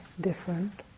different